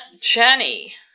Jenny